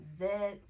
zits